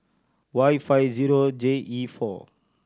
Y five zero J E four